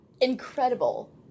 incredible